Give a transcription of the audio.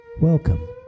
Welcome